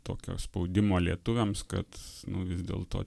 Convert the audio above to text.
tokio spaudimo lietuviams kad nu vis dėlto